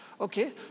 Okay